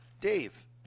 Dave